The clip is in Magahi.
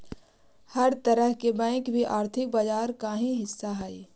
हर तरह के बैंक भी आर्थिक बाजार का ही हिस्सा हइ